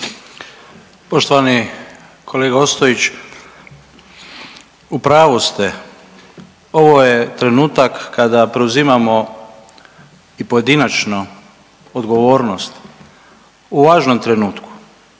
Poštovani kolega Ostojić, u pravu ste, ovo je trenutak kada preuzimamo i pojedinačno odgovornost u važnom trenutku,